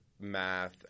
math